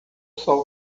sol